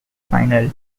final